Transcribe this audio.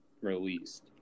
released